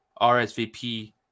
RSVP